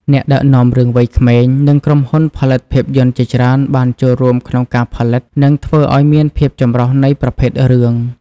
អ្នកដឹកនាំរឿងវ័យក្មេង និងក្រុមហ៊ុនផលិតភាពយន្តជាច្រើនបានចូលរួមក្នុងការផលិត ដែលធ្វើឱ្យមានភាពចម្រុះនៃប្រភេទរឿង។